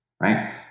right